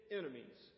enemies